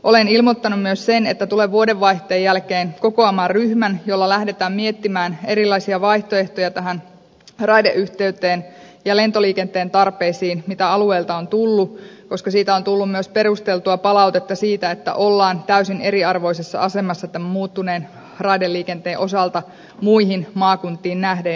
olen ilmoittanut myös sen että tulen vuodenvaihteen jälkeen kokoamaan ryhmän jolla lähdetään miettimään erilaisia vaihtoehtoja näihin raideyhteyden ja lentoliikenteen tarpeisiin joita alueelta on tullut koska on tullut myös perusteltua palautetta siitä että ollaan täysin eriarvoisessa asemassa tämän muuttuneen raideliikenteen osalta muihin maakuntiin nähden